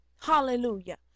Hallelujah